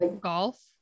Golf